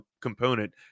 component